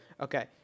Okay